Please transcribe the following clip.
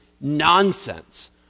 nonsense